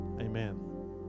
Amen